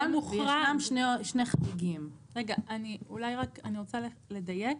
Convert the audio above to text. אני רוצה לדייק.